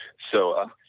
so,